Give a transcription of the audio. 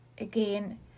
again